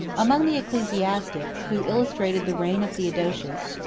among the ecclesiastics, who illustrated the reign of theodosius,